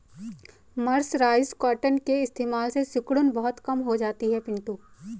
mercerised cotton के इस्तेमाल से सिकुड़न बहुत कम हो जाती है पिंटू